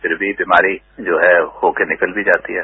फिर भी बीमारी जो है हो के निकल भी जाती है